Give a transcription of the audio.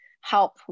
help